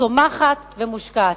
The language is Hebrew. צומחת ומושקעת.